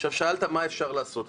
עכשיו שאלת מה אפשר לעשות.